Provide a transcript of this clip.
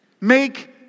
make